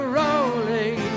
rolling